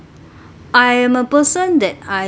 I am a person that I